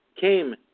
came